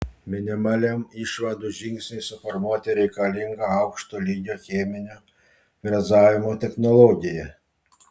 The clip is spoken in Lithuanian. minimaliam išvadų žingsniui suformuoti reikalinga aukšto lygio cheminio frezavimo technologija